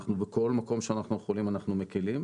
אנחנו בכל מקום שאנחנו יכולים אנחנו מקלים.